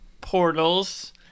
portals